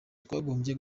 twakagombye